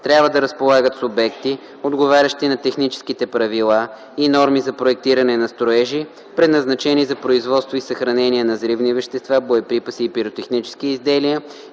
трябва да разполагат с обекти, отговарящи на техническите правила и норми за проектиране на строежи, предназначени за производство и съхранение на взривни вещества, боеприпаси и пиротехнически изделия,